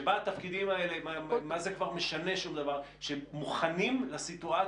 שבה התפקידים האלה מה זה כבר משנה שמוכנים לסיטואציה